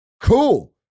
cool